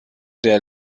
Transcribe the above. der